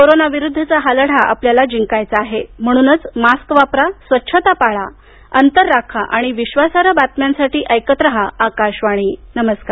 corona विरुद्धचा हा लढा आपल्याला जिंकायचा आहे म्हणूनच मास्क वापरा स्वच्छता पाळा अंतर राखा आणि विश्वासार्ह बातम्यांसाठी ऐकत रहा आकाशवाणी नमस्कार